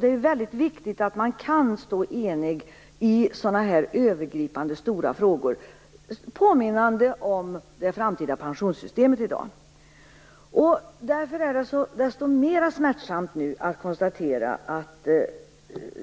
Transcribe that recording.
Det är viktigt att man kan stå enig i sådana övergripande frågor, påminnande om det framtida pensionssystemet i dag. Därför är det desto mera smärtsamt nu att konstatera att